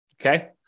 Okay